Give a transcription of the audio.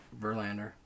Verlander